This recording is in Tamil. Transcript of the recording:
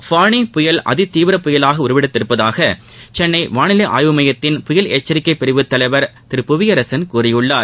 ஃபோனி புயல் அதி தீவிர புயலாக உருவெடுத்துள்ளதாக சென்னை வானிலை ஆய்வு மையத்தின் புயல் எச்சரிக்கை பிரிவுத் தலைவர் திரு புவியரசன் கூறியுள்ளார்